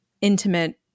intimate